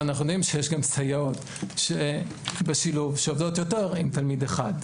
אבל אנחנו יודעים שיש גם סייעות בשילוב שעובדות עם יותר מתלמיד אחד.